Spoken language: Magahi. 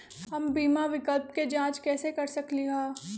हम बीमा विकल्प के जाँच कैसे कर सकली ह?